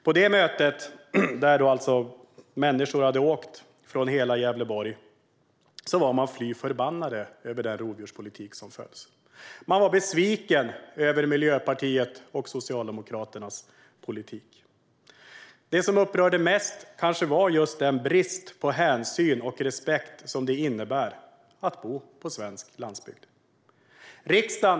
På mötet, dit människor hade åkt från hela Gävleborg, var man fly förbannad över den rovdjurspolitik som förs. Man var besviken över Miljöpartiets och Socialdemokraternas politik. Det som upprörde mest kanske var just den brist på hänsyn och respekt som det innebär att bo på svensk landsbygd.